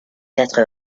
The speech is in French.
quatre